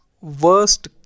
worst